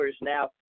now